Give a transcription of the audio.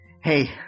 hey